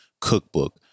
Cookbook